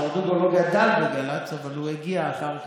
בגל"צ, ברדוגו לא גדל בגל"צ, אבל הוא הגיע אחר כך.